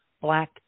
black